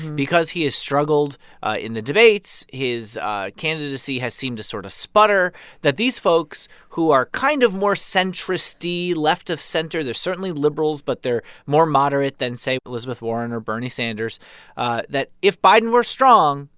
because he has struggled ah in the debates, his ah candidacy has seemed to sort of sputter that these folks, who are kind of more centrist-y left of center. they're certainly liberals, but they're more moderate than, say, elizabeth warren or bernie sanders ah that if biden were strong,